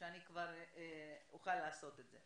שאני כבר אוכל לעשות את זה.